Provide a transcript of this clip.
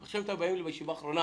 אתם באים עכשיו לישיבה האחרונה.